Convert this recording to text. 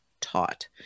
taught